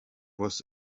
was